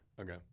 Okay